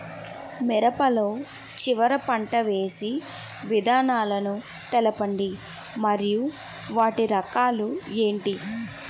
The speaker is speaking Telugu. మిరప లో చివర పంట వేసి విధానాలను తెలపండి మరియు వాటి రకాలు ఏంటి